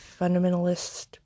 fundamentalist